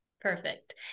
Perfect